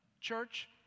Church